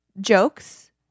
jokes